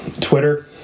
Twitter